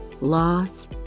loss